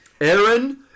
Aaron